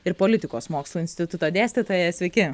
ir politikos mokslų instituto dėstytoja sveiki